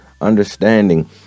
understanding